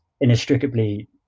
inextricably